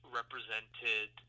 represented